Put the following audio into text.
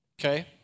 Okay